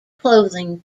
clothing